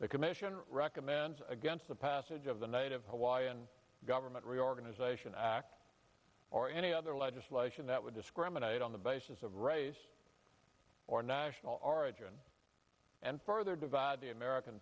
the commission recommends against the passage of the native hawaiian government reorganization act or any other legislation that would discriminate on the basis of race or national origin and further divide the american